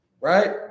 right